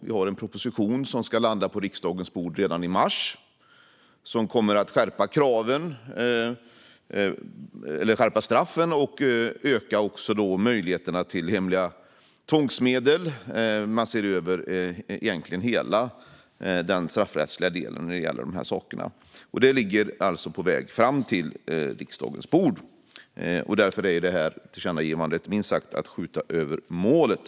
En proposition ska landa på riksdagens bord redan i mars om att skärpa straffen och öka möjligheterna till hemliga tvångsmedel. Man ser över hela den straffrättsliga delen när det gäller de här sakerna, och det är alltså på väg till riksdagens bord. Därför är ett nytt tillkännagivande minst sagt att skjuta över målet.